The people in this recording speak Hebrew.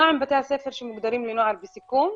מהם בתי הספר שמוגדרים לנוער הסיכון?